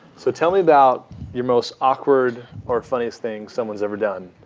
so tell me about your most awkward or funniest thing someone's ever done.